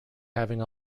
having